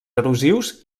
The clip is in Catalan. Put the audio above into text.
erosius